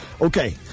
Okay